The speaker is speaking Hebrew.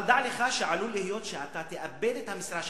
אבל דע לך שעלול להיות שאתה תאבד את המשרה שלך,